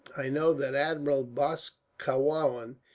i know that admiral boscawen,